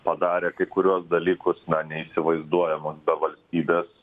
padarė kai kuriuos dalykus na neįsivaizduojama be valstybės